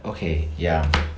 okay ya